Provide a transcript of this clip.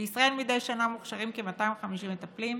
בישראל מדי שנה מוכשרים כ-250 מטפלים,